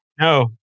no